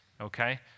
okay